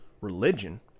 religion